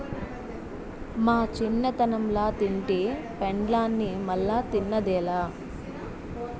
మా చిన్నతనంల తింటి పెండలాన్ని మల్లా తిన్నదేలా